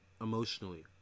emotionally